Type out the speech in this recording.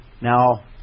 Now